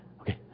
Okay